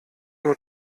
nur